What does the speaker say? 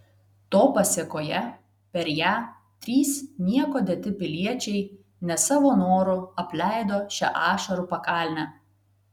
to pasėkoje per ją trys nieko dėti piliečiai ne savo noru apleido šią ašarų pakalnę